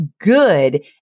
good